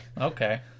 Okay